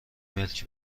ملک